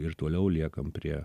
ir toliau liekam prie